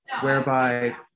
whereby